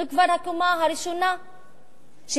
זו כבר הקומה הראשונה שהכינה